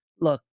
look